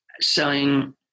selling